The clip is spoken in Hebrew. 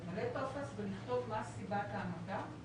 למלא טופס ולכתוב מה סיבת ההמתה,